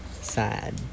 sad